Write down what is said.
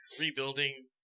rebuilding